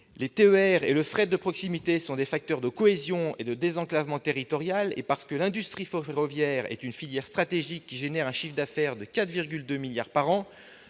les TER et le fret de proximité sont des facteurs de cohésion et de désenclavement territoriaux et parce que l'industrie ferroviaire est une filière stratégique représentant 4,2 milliards d'euros